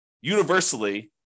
universally